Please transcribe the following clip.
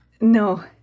No